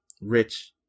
rich